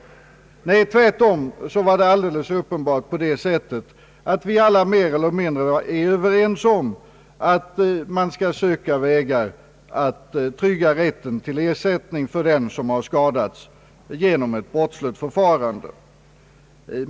Tvärtom var det alldeles uppenbart på det sättet att vi alla mer eller mindre är överens om att man skall söka vägar att trygga rätten till ersättning för dem som har skadats genom ett brottsligt förfarande.